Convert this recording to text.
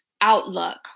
outlook